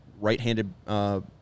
right-handed